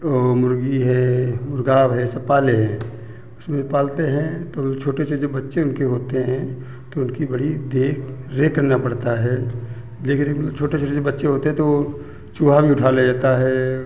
वो मुर्गी है मुर्गा है सब पाले हैं उसमें पालते हैं तब छोटे छोटे बच्चे उनके होते हैं तो उनकी बड़ी देख रेख करना पड़ता है देख रेख मतलब छोटे छोटे बच्चे होते हैं तो चूहा भी उठा ले जाता है